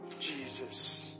Jesus